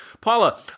Paula